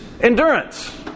endurance